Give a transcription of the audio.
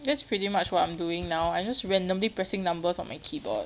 that's pretty much what I'm doing now I just randomly pressing numbers on my keyboard